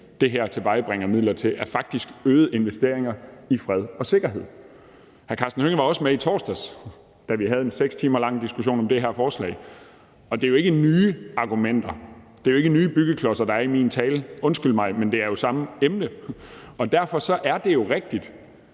det her tilvejebringer midler til, faktisk er øgede investeringer i fred og sikkerhed. Hr. Karsten Hønge var også med i torsdags, da vi havde en 6 timer lang diskussion om det her forslag, og det er jo ikke nye argumenter, det er ikke nye byggeklodser, der er i min tale. Undskyld mig, men det er jo samme emne. Derfor er det jo rigtigt,